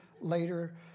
later